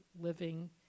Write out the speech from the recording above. living